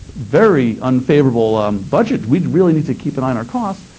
very unfavorable budget. we really need to keep an eye on our costs,